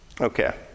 Okay